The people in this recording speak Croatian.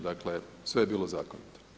Dakle sve je bilo zakonito.